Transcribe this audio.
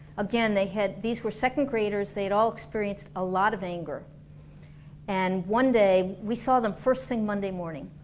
again they had these were second graders, they'd all experienced a lot of anger and one day, we saw them first thing monday morning,